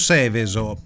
Seveso